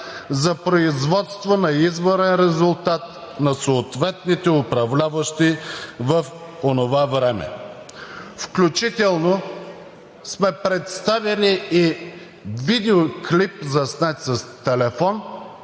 за производство на изборен резултат на съответните управляващи в онова време. Включително сме представили и видеоклип, заснет с телефон,